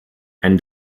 and